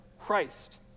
Christ